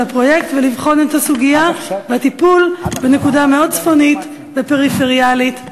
הפרויקט ולבחון את הסוגיה והטיפול בנקודה מאוד צפונית ופריפריאלית במדינה.